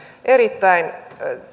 erittäin